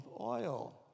oil